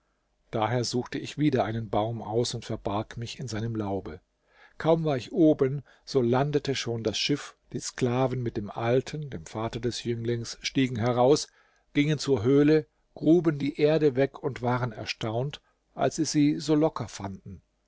daher suchte ich wieder einen baum aus und verbarg mich in seinem laube kaum war ich oben so landete schon das schiff die sklaven mit dem alten dem vater des jünglings stiegen heraus gingen zur höhle gruben die erde weg und waren erstaunt als sie sie so locker fanden